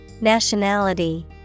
Nationality